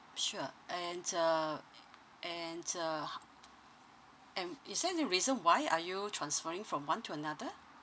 sure and uh and uh h~ and is there any reason why are you transferring from one to another